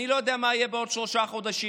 אני לא יודע מה יהיה בעוד שלושה חודשים,